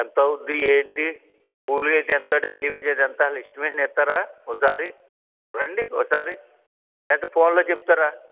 ఎంతవుద్ది ఏంటీ కూలీ అయితే ఎంత డైలీ వేజ్ అయితే ఎంత ఎస్టిమేషన్ ఏస్తారా ఓసారి రండి ఓసారి లేదా ఫోన్ లో చెప్తారా